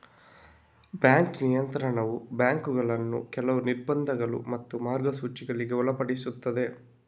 bank ನಿಯಂತ್ರಣವು ಬ್ಯಾಂಕುಗಳನ್ನ ಕೆಲವು ನಿರ್ಬಂಧಗಳು ಮತ್ತು ಮಾರ್ಗಸೂಚಿಗಳಿಗೆ ಒಳಪಡಿಸ್ತದೆ